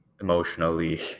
emotionally